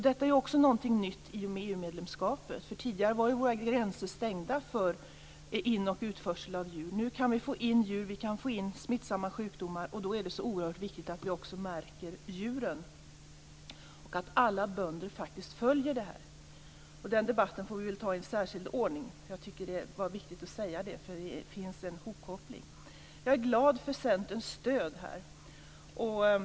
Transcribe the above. Detta är också något nytt i och med EU medlemskapet, för tidigare var ju våra gränser stängda för in och utförsel av djur. Nu kan vi få in djur och smittsamma sjukdomar. Därför är det så oerhört viktigt att djuren märks och att alla bönder också följer reglerna. Den debatten får vi väl ta i särskild ordning. Men jag tycker att det är viktigt att säga det, för här finns ett samband. Jag är glad för Centerns stöd här.